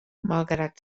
malgrat